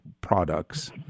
products—